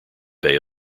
bay